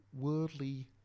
worldly